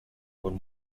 con